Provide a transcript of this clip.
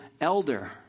elder